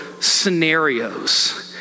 scenarios